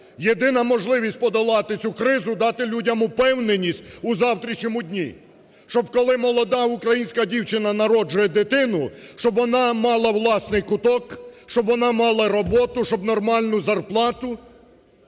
Єдина можливість подолати цю кризу – дати людям упевненість у завтрашньому дні, щоб коли молода українська дівчина народжує дитину, щоб вона мала власний куток, щоб вона мала роботу, щоб нормальну зарплату,